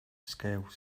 scale